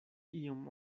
iom